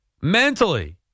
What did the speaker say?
mentally